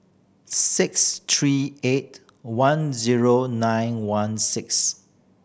six three eight one zero nine one six